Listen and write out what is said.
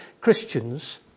Christians